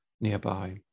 Nearby